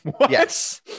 Yes